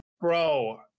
bro